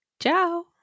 Ciao